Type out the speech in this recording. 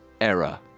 error